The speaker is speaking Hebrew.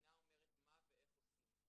שהמדינה אומרת מה ואיך עושים,